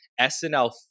SNL